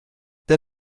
der